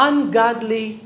Ungodly